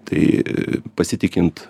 tai pasitikint